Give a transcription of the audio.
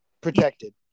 protected